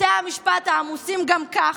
בתי המשפט, העמוסים גם כך,